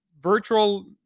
virtual